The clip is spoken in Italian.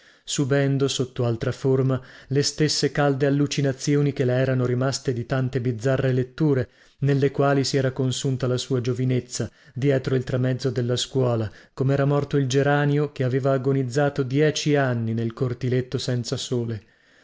subendo sotto altra forma le stesse calde allucinazioni che le erano rimaste di tante bizzarre letture nelle quali si era consunta la sua giovinezza dietro il tramezzo della scuola comera morto il geranio che aveva agonizzato dieci anni nel cortiletto senza sole